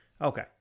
Okay